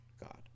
God